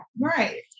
Right